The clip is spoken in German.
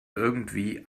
irgendwie